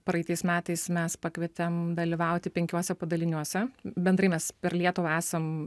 praeitais metais mes pakvietėm dalyvauti penkiuose padaliniuose bendrai mes per lietuvą esam